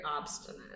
obstinate